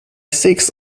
six